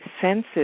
senses